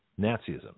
Nazism